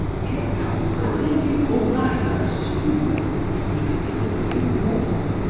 here comes the lady paulina's steward he can deliver you more.